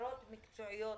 והכשרות מקצועיות